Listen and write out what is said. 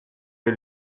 des